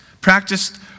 practiced